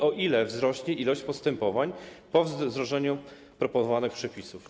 O ile wzrośnie liczba postępowań po wdrożeniu proponowanych przepisów?